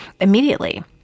immediately